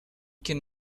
can